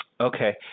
Okay